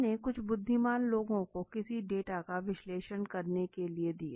हमने कुछ बुद्धिमान लोगों को किसी डेटा का विश्लेषण करने के लिए दिया